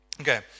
Okay